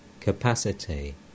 capacity